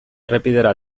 errepidera